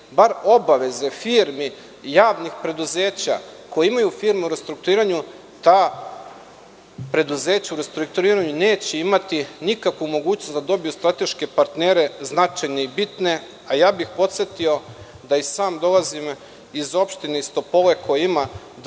bar obaveze firmi javnih preduzeća koje imaju firme u restrukturiranju, ta preduzeća u restrukturiranju neće imati nikakvu mogućnost da dobiju strateške partnere značajne i bitne. Podsetio bih da i sam dolazim iz Opštine iz Topole koja ima